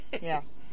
Yes